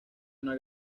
una